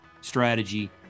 strategy